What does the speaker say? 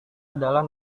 adalah